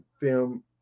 film